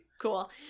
Cool